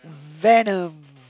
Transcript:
venom